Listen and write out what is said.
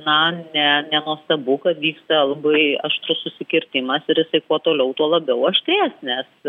na ne nenuostabu kad vyksta labai aštrus susikirtimas ir jisai kuo toliau tuo labiau aštrės nes